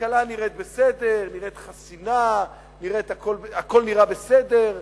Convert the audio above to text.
הכלכלה נראית בסדר, נראית חסינה, הכול נראה בסדר.